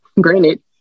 granted